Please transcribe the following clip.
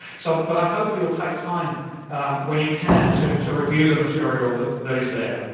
so but i hope you'll take time when you can to so review the material that that is there.